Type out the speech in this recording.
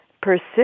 persist